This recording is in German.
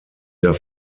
der